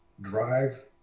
drive